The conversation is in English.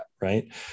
right